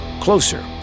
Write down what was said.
closer